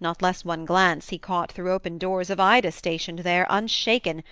not less one glance he caught through open doors of ida stationed there unshaken,